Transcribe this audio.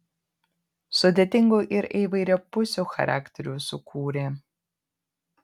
sudėtingų ir įvairiapusių charakterių sukūrė